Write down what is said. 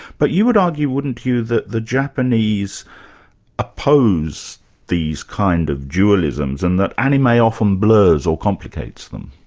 but you would argue, wouldn't you, that the japanese oppose these kind of dualisms and that anime often blurs or complicates them?